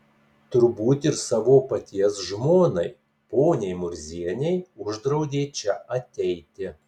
turbūt ir savo paties žmonai poniai murzienei uždraudė čia ateiti